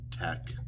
tech